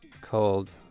called